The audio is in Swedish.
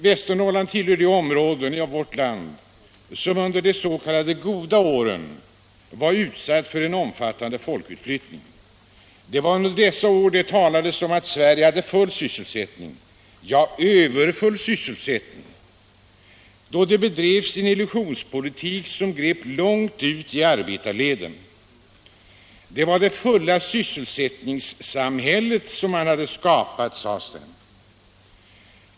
Västernorrland tillhör de områden av vårt land som under de s.k. goda åren var utsatta för en omfattande folkutflyttning. Det var under dessa år det talades om att Sverige hade full sysselsättning — ja, överfull sysselsättning. Det bedrevs då en illusionspolitik, som grep långt ut i arbetarleden. Det var fullsysselsättningssamhället som hade skapats, sades det.